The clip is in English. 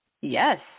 Yes